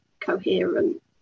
coherent